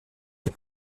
les